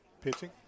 pitching